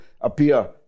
appear